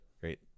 great